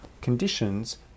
conditions